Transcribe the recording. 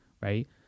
right